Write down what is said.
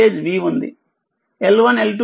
voltage vఉంది